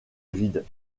vide